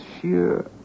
sheer